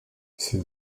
ces